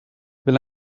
will